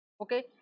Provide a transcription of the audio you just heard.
okay